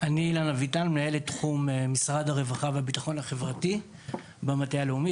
אני מנהל תחום משרד הרווחה והביטחון החברתי במטה הלאומי.